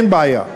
אין בעיה,